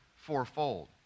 fourfold